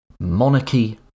monarchy